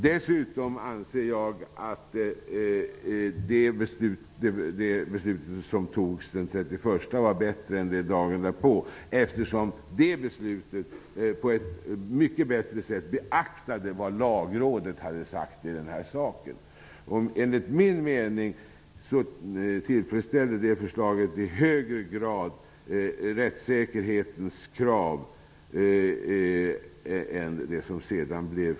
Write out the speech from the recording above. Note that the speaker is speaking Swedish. Dessutom anser jag att beslutet från den 31 maj var bättre än det från dagen därpå eftersom det på ett mycket bättre sätt beaktade vad Lagrådet hade uttalat i saken. Enligt min mening tillfredsställde det förslaget i högre grad kraven på rättssäkerhet.